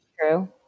true